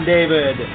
David